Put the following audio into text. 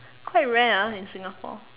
quite rare ah in Singapore